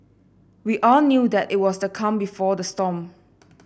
we all knew that it was the calm before the storm